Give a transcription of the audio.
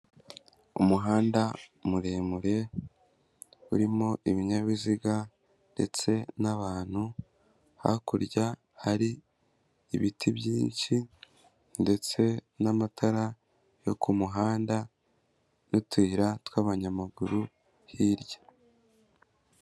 Umuhanda muremure, urimo ibinyabiziga ndetse n'abantu, hakurya hari ibiti byinshi ndetse n'amatara yo ku muhanda, n'utuyira tw'abanyamaguru hirya.